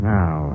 Now